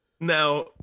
Now